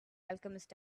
alchemist